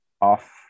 off